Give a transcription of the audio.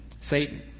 satan